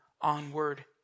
onward